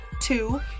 Two